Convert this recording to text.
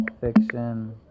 Fiction